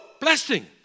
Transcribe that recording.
blessing